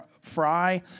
Fry